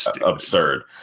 absurd